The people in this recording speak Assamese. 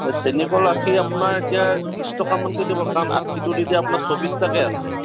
এহ চেনিকল আখি আপোনাৰ এতিয়া ত্ৰিছ টকামানকে দিব কাৰণ আখিটোত এতিয়া আপোনাৰ চৌবিছটাকৈ আছে